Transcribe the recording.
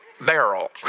barrel